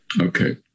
Okay